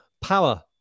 power